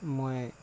মই